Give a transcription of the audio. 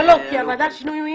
כי הוועדה לשינוי מין,